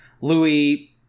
Louis